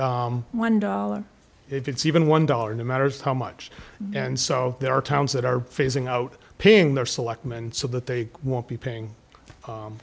one dollar if it's even one dollar no matter how much and so there are towns that are phasing out paying their selectman so that they won't be paying